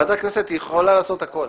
ועדת הכנסת יכולה לעשות הכול.